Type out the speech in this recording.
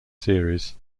series